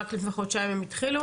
רק לפני חודשיים הם התחילו?